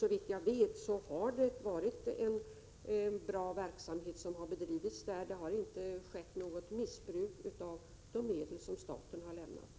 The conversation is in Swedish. Såvitt jag vet har det varit en bra verksamhet som har 13 februari 1987 bedrivits i Thailand. Det har inte skett något missbruk av de medel som